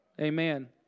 Amen